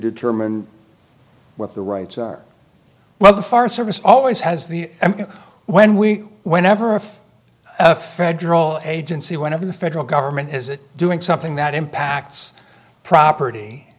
determine what the rights are well the forest service always has the when we whenever if a federal agency one of the federal government is doing something that impacts property